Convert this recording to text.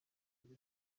kuri